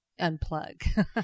Unplug